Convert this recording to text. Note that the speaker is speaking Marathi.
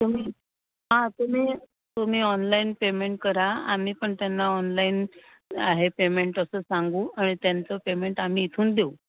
तुम्ही हां तुम्ही तुम्ही ऑनलाईन पेमेंट करा आम्ही पण त्यांना ऑनलाईन आहे पेमेंट असं सांगू आणि त्यांचं पेमेंट आम्ही इथून देऊ